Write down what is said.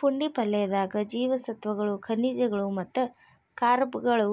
ಪುಂಡಿ ಪಲ್ಲೆದಾಗ ಜೇವಸತ್ವಗಳು, ಖನಿಜಗಳು ಮತ್ತ ಕಾರ್ಬ್ಗಳು